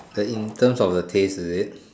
the in terms of the taste is it